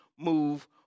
move